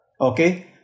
okay